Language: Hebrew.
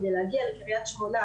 כדי להגיע לקריית שמונה,